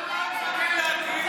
ממש התרגשנו מההצעה שלך.